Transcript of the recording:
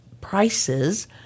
prices